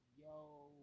yo